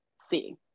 see